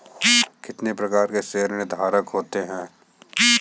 कितने प्रकार ऋणधारक के होते हैं?